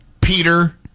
Peter